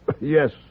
Yes